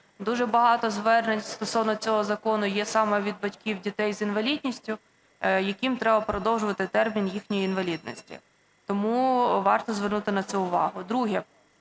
Дуже багато звернень стосовно цього закону є саме від батьків дітей з інвалідністю, яким треба продовжувати термін їхньої інвалідності. Тому варто звернути на це увагу.